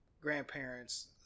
grandparents